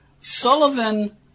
Sullivan